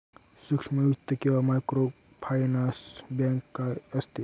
सूक्ष्म वित्त किंवा मायक्रोफायनान्स बँक काय असते?